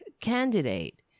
candidate